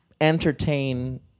entertain